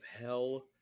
Hell